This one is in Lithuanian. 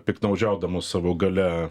piktnaudžiaudamos savo galia